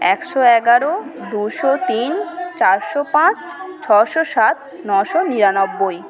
একশো এগারো দুশো তিন চারশো পাঁচ ছয়শো সাত নশো নিরানব্বই